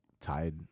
tied